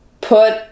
put